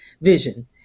vision